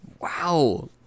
wow